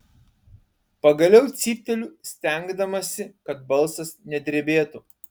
pagaliau cypteliu stengdamasi kad balsas nedrebėtų